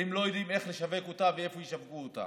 והם לא יודעים איך לשווק אותה ואיפה ישווקו אותה.